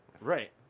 Right